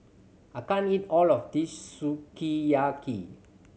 I can't eat all of this Sukiyaki